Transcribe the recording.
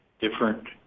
different